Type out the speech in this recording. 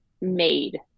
made